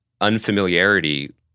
unfamiliarity